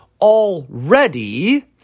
already